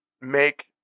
make